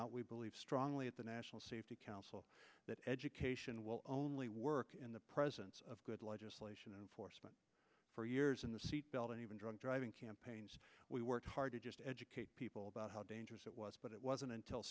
out we believe strongly at the national safety council that education will only work in the presence of good legislation and for years in the seat belt and even drunk driving campaigns we worked hard to just educate people about how dangerous it was but it wasn't until